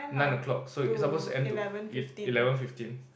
nine o'clock so it's supposed to end to it eleven fifteen